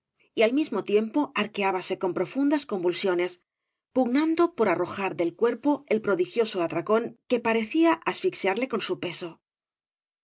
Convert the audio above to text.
y al mismo tiempo arqueábanse con profundas convulsiones pugnando por arrojar del v blasoo ibáñbz cuerpo el prodigioso atracón que parecía abfixiarle con su peso